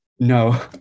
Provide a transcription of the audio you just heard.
No